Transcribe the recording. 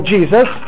Jesus